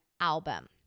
album